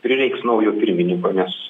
prireiks naujo pirmininko nes